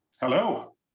Hello